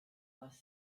was